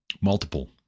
multiple